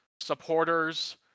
Supporters